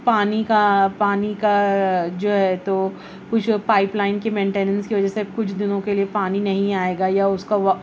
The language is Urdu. پانی کا پانی کا جو ہے تو کچھ پائپ لائن کی مینٹیننس کی وجہ سے کچھ دنوں کے لیے پانی نہیں آئے گا یا اس کا